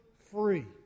free